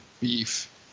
beef